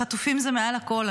החטופים זה מעל הכול,